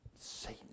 Satan